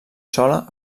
sola